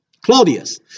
Claudius